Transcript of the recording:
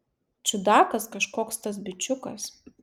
čiudakas kažkoks tas bičiukas